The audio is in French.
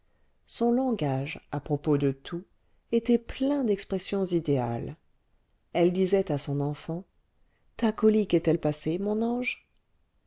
son langage à propos de tout était plein d'expressions idéales elle disait à son enfant ta colique est-elle passée mon ange